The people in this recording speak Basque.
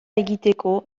egiteko